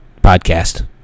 podcast